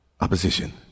opposition